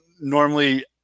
normally